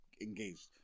engaged